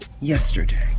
yesterday